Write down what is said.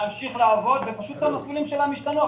מיועדים להמשיך לעבוד והמפעילים שלהם השתנו,